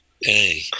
Hey